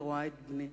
אני רואה את בני.